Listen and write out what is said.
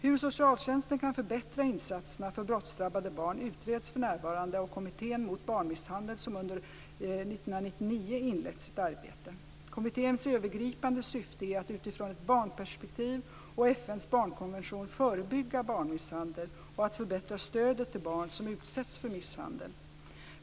Hur socialtjänsten kan förbättra insatserna för brottsdrabbade barn utreds för närvarande av Kommittén mot barnmisshandel som under 1999 inlett sitt arbete. Kommitténs övergripande syfte är att utifrån ett barnperspektiv och FN:s barnkonvention förebygga barnmisshandel och att förbättra stödet till barn som utsätts för misshandel.